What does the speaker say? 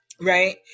Right